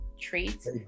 Treats